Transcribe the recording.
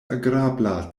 agrabla